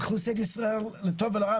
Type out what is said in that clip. אוכלוסיית ישראל לטוב ולרע,